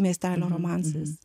miestelio romansas